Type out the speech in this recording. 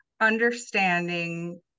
understanding